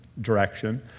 direction